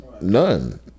None